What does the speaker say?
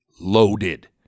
Loaded